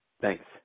Thanks